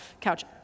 couch